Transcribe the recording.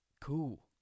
cool